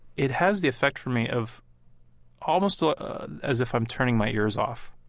it has the effect for me of almost ah as if i'm turning my ears off.